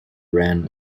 ran